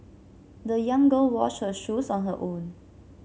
the young girl washed her shoes on her own